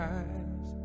eyes